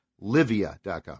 Livia.com